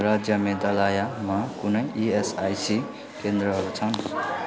राज्य मेघालयमा कुनै इएसआइसी केन्द्रहरू छन्